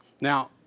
Now